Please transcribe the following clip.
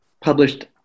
published